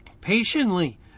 patiently